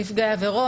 נפגעי עברות,